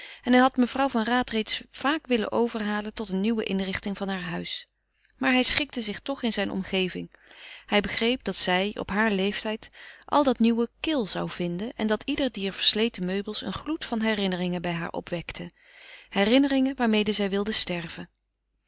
en hij had mevrouw van raat reeds vaak willen overhalen tot een nieuwe inrichting van haar huis maar hij schikte zich toch in zijne omgeving hij begreep dat zij op haren leeftijd al dat nieuwe kil zou vinden en dat ieder dier versleten meubels een gloed van herinnering bij haar opwekte herinneringen waarmede ze wilde sterven